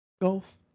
golf